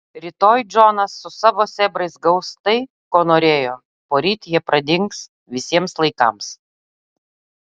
rytoj džonas su savo sėbrais gaus tai ko norėjo poryt jie pradings visiems laikams